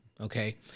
okay